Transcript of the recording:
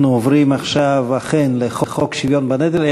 אנחנו עוברים עכשיו אכן לחוק שוויון בנטל,